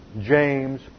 James